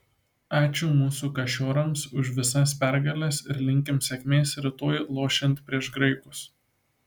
ačiū mūsų kašiorams už visas pergales ir linkim sėkmės rytoj lošiant prieš graikus